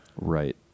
right